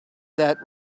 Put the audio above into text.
that